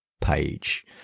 page